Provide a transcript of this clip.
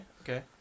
okay